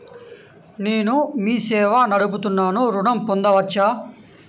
నేను మీ సేవా నడుపుతున్నాను ఋణం పొందవచ్చా?